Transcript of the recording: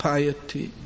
Piety